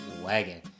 Wagon